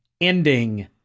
ending